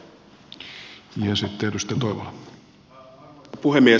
arvoisa puhemies